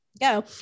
go